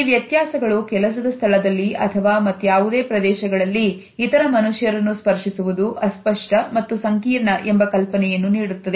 ಈ ವ್ಯತ್ಯಾಸಗಳು ಕೆಲಸದ ಸ್ಥಳದಲ್ಲಿ ಅಥವಾ ಮತ್ಯಾವುದೇ ಪ್ರದೇಶಗಳಲ್ಲಿ ಇತರ ಮನುಷ್ಯರನ್ನು ಸ್ಪರ್ಶಿಸುವುದು ಅಸ್ಪಷ್ಟ ಮತ್ತು ಸಂಕೀರ್ಣ ಎಂಬ ಕಲ್ಪನೆಯನ್ನು ನೀಡುತ್ತದೆ